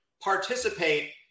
participate